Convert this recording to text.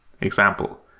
Example